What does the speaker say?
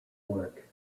work